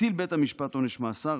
הטיל בית המשפט עונש מאסר,